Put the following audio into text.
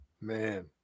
Man